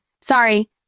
sorry